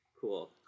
Cool